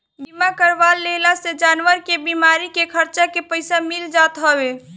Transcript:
बीमा करवा लेहला से जानवर के बीमारी के खर्चा के पईसा मिल जात हवे